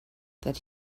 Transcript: that